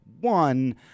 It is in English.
One